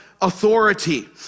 authority